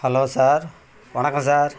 hello sir வணக்கம் sir